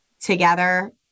together